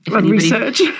research